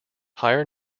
higher